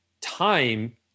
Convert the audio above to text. time